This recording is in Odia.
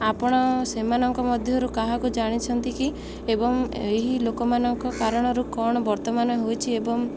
ଆପଣ ସେମାନଙ୍କ ମଧ୍ୟରୁ କାହାକୁ ଜାଣିଛନ୍ତି କି ଏବଂ ଏହି ଲୋକମାନଙ୍କ କାରଣରୁ କ'ଣ ବର୍ତ୍ତମାନ ହୋଇଛି ଏବଂ